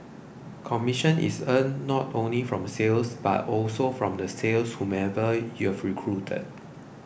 commission is earned not only from sales but also from the sales of whomever you've recruited